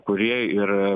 kurie ir